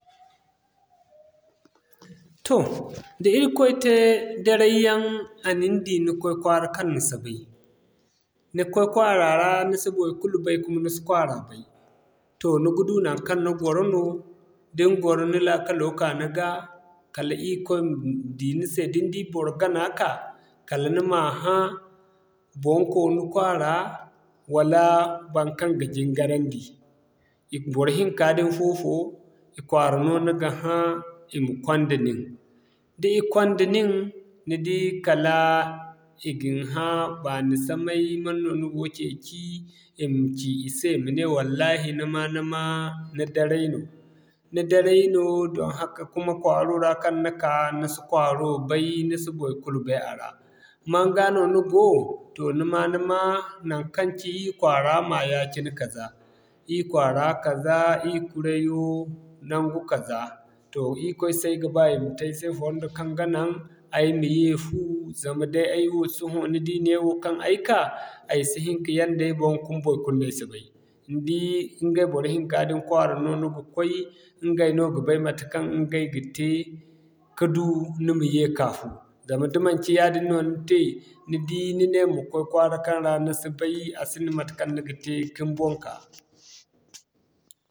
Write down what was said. To da irikoy te daray yan a nin di ni kway kwara kan ni si bay, ni kway Kwara ra nisi boro kulu bay kuma ni si kwara bay, to ni gi du nan kan ni gwaro no, din gwaro ni laakkalo ka ni ga kal irikoy ma di ni se. Din di boro gana ki kaa kal nima ha boŋkoni kwara wala boro kan gi jigarandi boro hinka din afofo kwara no nigi ha ima kwandi nin. Dii kwanda nin ni dii kala iyga ni haa bani samay manga no ni gogi keki, ima ki I i se ima ne wallahi nima-nima ni daray no. Ni daray no don haka kuma kwaro ra kan ra ni kaa ni si kwaro bay nisi boro kulu bay a ra. Manga no ni go, to nima-nima nankan kaci iri Kwara kaza, iri Kwara kaza iri kurayo nangu kaza. To irikoy se ayga ba ima ye ay se fondo kan ga nan ayma ye fuu zama ay wo soho newo kan ayka aysi hini ki yanda ay bon fuu kuma boro kulu no aysi bay. Ni dii iŋĝ̌ay boro hinka din Kwara no niga kway, ingayno ga bay mata kan ingay ga te ki du Nima ye ki ka fuuyan, zama di manti yadin no ni te ni dii di nine ma kway Kwara kan ra ni sobay asinda matakan niga te kin bon ka.